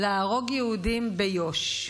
להרוג יהודים ביו"ש.